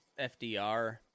FDR